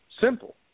simple